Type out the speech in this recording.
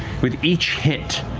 with each hit,